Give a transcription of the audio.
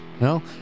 No